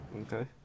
Okay